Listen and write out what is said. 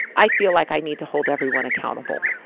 i feel like i need to hold everyone accountable.